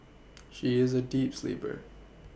she is a deep sleeper